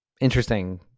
interesting